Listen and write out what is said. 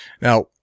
now